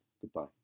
Goodbye